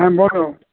হ্যাঁ বলো